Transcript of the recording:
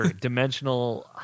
dimensional